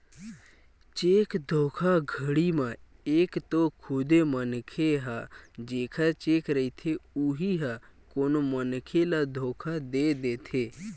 cheque धोखाघड़ी म एक तो खुदे मनखे ह जेखर चेक रहिथे उही ह कोनो मनखे ल धोखा दे देथे